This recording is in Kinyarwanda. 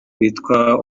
witwa